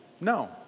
No